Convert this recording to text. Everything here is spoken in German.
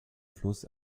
fluss